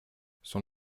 son